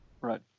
Right